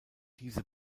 diese